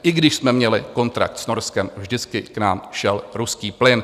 I když jsme měli kontrakt s Norskem, vždycky k nám šel ruský plyn.